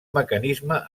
mecanisme